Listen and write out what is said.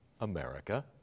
America